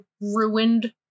ruined